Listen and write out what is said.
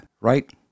right